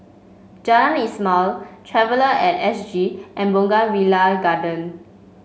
Jalan Ismail Traveller at S G and Bougainvillea Garden